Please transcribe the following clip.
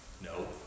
No